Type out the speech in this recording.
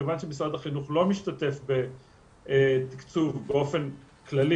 מכיוון שמשרד החינוך לא משתתף בתקצוב באופן כללי